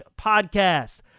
podcast